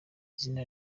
izina